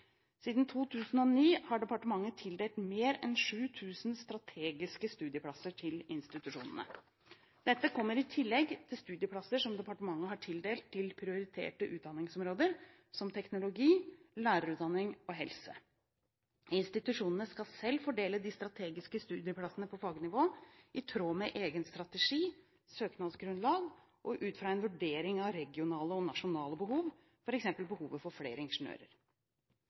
Siden 2009 har departementet tildelt mer enn 7 000 strategiske studieplasser til institusjonene. Dette kommer i tillegg til studieplasser som departementet har tildelt til prioriterte utdanningsområder, som teknologi, lærerutdanning og helse. Institusjonene skal selv fordele de strategiske studieplassene på fagnivå, i tråd med egen strategi, søknadsgrunnlag, og ut fra en vurdering av regionale og nasjonale behov, f.eks. behovet for flere ingeniører.